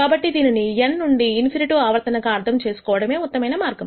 కాబట్టి దీనిని N నుండి ∞ ఆవర్తనం గా అర్థం చేసుకోవడమే ఉత్తమమైన మార్గం